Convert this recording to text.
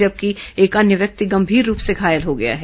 जबकि एक अन्य व्यक्ति गंभीर रूप से घायल हो गया है